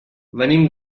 venim